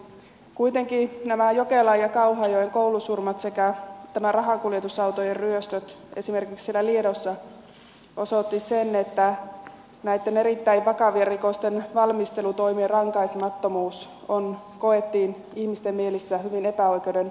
kuitenkin nämä jokelan ja kauhajoen koulusurmat sekä rahakuljetusautojen ryöstöt esimerkiksi siellä liedossa osoittivat sen että näitten erittäin vakavien rikosten valmistelutoimien rankaisemattomuus koettiin ihmisten mielessä hyvin epäoikeudenmukaiseksi